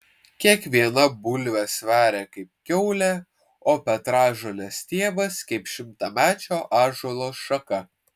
kiekviena bulvė sveria kaip kiaulė o petražolės stiebas kaip šimtamečio ąžuolo šaka